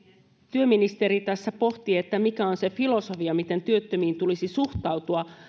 työministeri tässä pohtii mikä on se filosofia miten työttömiin tulisi suhtautua